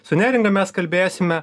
su neringa mes kalbėsime